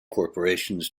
corporations